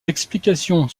explications